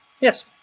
Yes